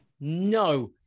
No